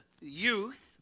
youth